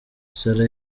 sara